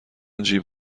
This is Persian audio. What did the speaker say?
جیب